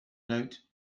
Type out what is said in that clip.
note